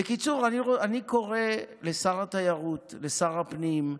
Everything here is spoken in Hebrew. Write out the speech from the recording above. בקיצור, אני קורא לשר התיירות, לשר הפנים,